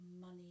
money